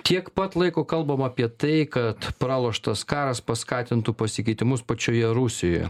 tiek pat laiko kalbam apie tai kad praloštas karas paskatintų pasikeitimus pačioje rusijoje